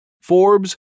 Forbes